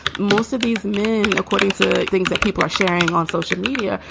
most of these men, according to things that people are sharing on social media,